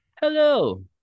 Hello